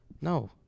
No